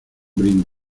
brindis